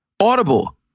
Audible